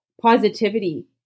positivity